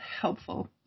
helpful